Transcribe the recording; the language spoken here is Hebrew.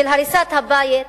של הריסת בית,